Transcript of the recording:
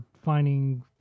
finding